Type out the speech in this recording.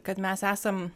kad mes esam